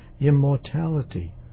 immortality